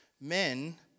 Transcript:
Men